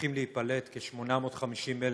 הולכים להיפלט כ-850,000